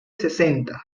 sesenta